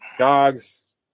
dogs